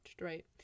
right